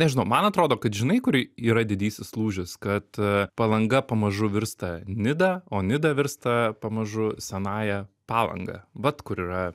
nežinau man atrodo kad žinai kur yra didysis lūžis kad palanga pamažu virsta nida o nida virsta pamažu senąja palanga vat kur yra